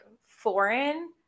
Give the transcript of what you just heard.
foreign